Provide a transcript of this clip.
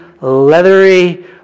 leathery